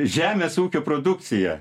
žemės ūkio produkcija